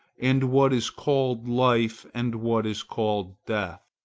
and what is called life, and what is called death.